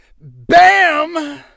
bam